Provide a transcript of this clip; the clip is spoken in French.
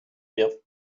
bien